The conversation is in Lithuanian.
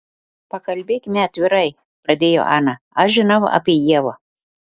pakalbėkime atvirai pradėjo ana aš žinau apie ievą